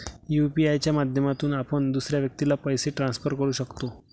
UPI च्या माध्यमातून आपण दुसऱ्या व्यक्तीला पैसे ट्रान्सफर करू शकतो